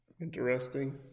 interesting